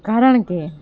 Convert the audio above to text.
કારણ કે